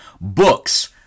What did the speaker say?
Books